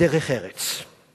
בדרך ארץ, תודה.